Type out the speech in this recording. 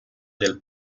del